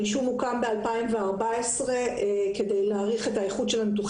הרישום הוקם בשנת 2014 כדי להעריך את האיכות של הנתונים